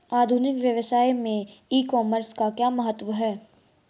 आधुनिक व्यवसाय में ई कॉमर्स का क्या महत्व है?